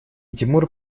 тимур